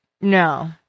no